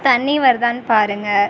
தண்ணி வருதான்னு பாருங்கள்